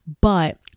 but-